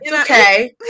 Okay